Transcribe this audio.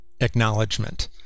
acknowledgement